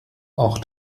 auch